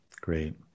great